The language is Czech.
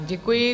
Děkuji.